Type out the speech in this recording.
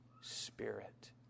Spirit